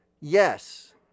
Yes